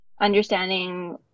understanding